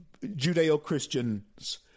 Judeo-Christians